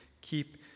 keep